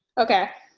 okay.